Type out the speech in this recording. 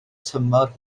tymor